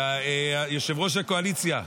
יושב-ראש הקואליציה?